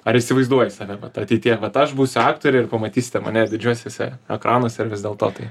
ar įsivaizduoji save vat ateityje vat aš būsiu aktorė ir pamatysite mane didžiuosiuose ekranuose ar vis dėl to tai